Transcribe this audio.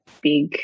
big